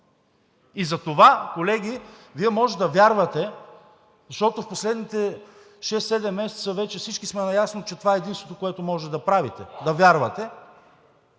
И затова, колеги, Вие можете да вярвате, защото в последните шест-седем месеца вече всички сме наясно, че това е единственото, което можете да правите – да вярвате,